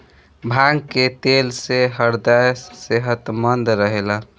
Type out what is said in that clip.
भांग के तेल से ह्रदय सेहतमंद रहेला